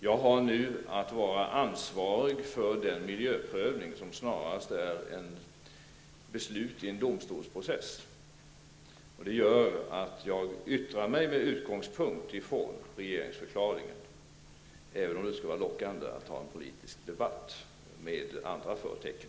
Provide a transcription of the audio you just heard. Jag är nu ansvarig för den miljöprövning som snarast är ett beslut i en domstolsprocess. Detta medför att jag yttrar mig med utgångspunkt i regeringsförklaringen, även om det skulle vara lockande att ha en politisk debatt med andra förtecken.